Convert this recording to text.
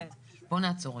בואו נעצור רגע.